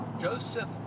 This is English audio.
Joseph